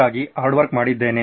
ಹಾಗಾಗಿ hard work ಮಾಡಿದ್ದೇನೆ